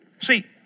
See